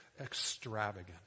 extravagant